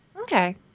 okay